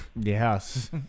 Yes